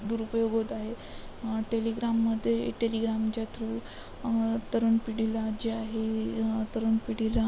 दुरुपयोग होत आहे टेलिग्राममध्ये टेलिग्रामच्या थ्रू तरुण पिढीला जे आहे तरुण पिढीला